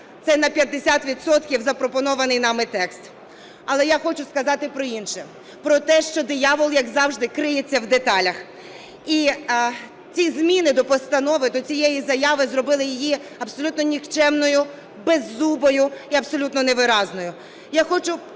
відсотків запропонований нами текст. Але хочу сказати про інше, про те, що диявол, як завжди, криється в деталях. І ці зміни до постанови, до цієї заяви зробили її абсолютно нікчемною, беззубою і абсолютно невиразною.